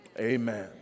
Amen